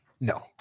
No